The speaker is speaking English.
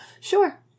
Sure